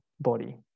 body